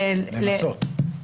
לנסות.